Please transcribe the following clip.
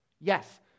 Yes